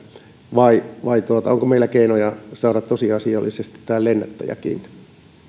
vai vai onko meillä keinoja saada tosiasiallisesti lennättäjä kiinni